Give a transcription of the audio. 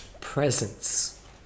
presence